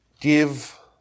give